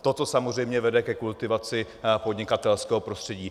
Toto samozřejmě vede ke kultivaci podnikatelského prostředí.